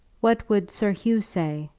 what would sir hugh say,